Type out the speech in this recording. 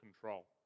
control